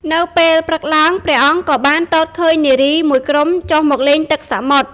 នៅពេលព្រឹកឡើង ព្រះអង្គក៏បានទតឃើញនារីមួយក្រុមចុះមកលេងទឹកសមុទ្រ។